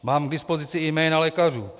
Mám k dispozici i jména lékařů.